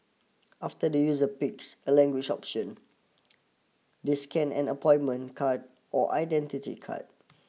after the user picks a language option they scan an appointment card or identity card